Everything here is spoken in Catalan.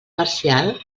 parcial